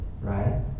right